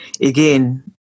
again